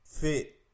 fit